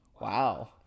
wow